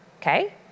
Okay